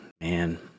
Man